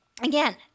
Again